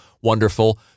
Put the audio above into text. wonderful